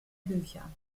bücher